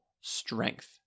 strength